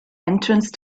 entrance